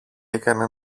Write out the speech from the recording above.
έκανε